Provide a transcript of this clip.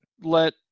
let